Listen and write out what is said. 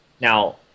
now